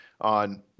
on